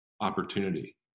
opportunity